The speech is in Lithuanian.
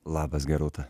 labas gerūta